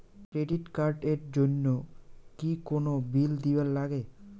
Credit card এর জন্যে কি কোনো বিল দিবার লাগে?